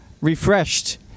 refreshed